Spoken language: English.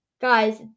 Guys